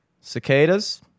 Cicadas